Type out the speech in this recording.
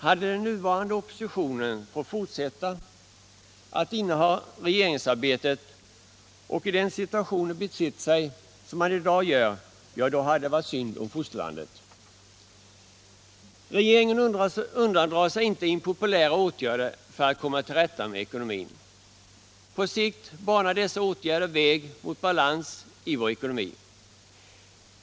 Hade den nuvarande oppositionen fått fortsätta att handha regeringsarbetet och i den situationen betett sig som man i dag gör, då hade det varit synd om fosterlandet. Regeringen undandrar sig inte impopulära åtgärder för att komma till rätta med ekonomin. På sikt banar dessa åtgärder väg mot balans i vår ekonomi.